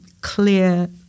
clear